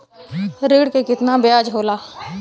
ऋण के कितना ब्याज होला?